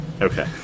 Okay